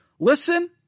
Listen